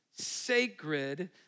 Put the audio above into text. sacred